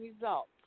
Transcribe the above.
results